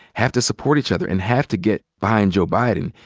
have to support each other, and have to get behind joe biden.